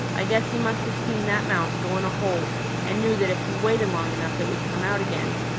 i guess he must have seen that mouse go in a hole and knew that if he waited long enough it would come out again.